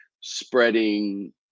spreading